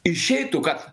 išeitų kad